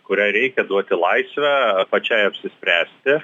kuriai reikia duoti laisvę pačiai apsispręsti